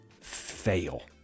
fail